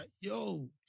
yo